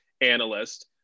analyst